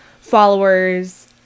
followers